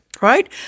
Right